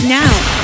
now